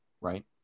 right